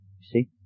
See